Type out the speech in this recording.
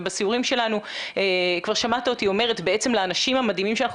ובסיורים שלנו כבר שמעת אותי אומרת לאנשים המדהימים שאנחנו